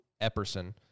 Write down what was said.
Epperson